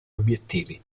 obiettivi